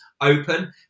open